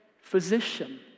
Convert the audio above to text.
physician